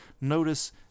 notice